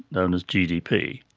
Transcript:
known as gdp.